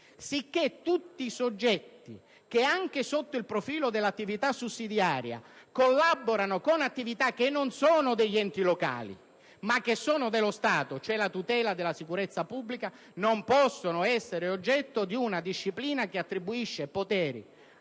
Sicché, tutti i soggetti che, anche sotto il profilo dell'attività sussidiaria, collaborano con attività che non sono degli enti locali, ma dello Stato (cioè la tutela della sicurezza pubblica), non possono essere oggetto di una disciplina che attribuisce poteri